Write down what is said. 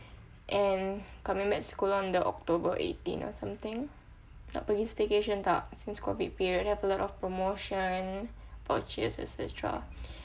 and coming back school on the october eighteen or something nak pergi staycation tak since COVID period have a lot of promotion vouchers et cetera